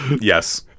Yes